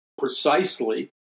precisely